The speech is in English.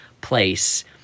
place